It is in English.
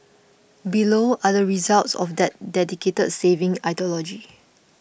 below are the results of that dedicated saving ideology